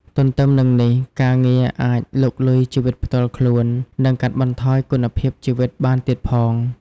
ទទ្ទឹមនឹងនេះ ការងារអាចលុកលុយជីវិតផ្ទាល់ខ្លួន និងកាត់បន្ថយគុណភាពជីវិតបានទៀតផង។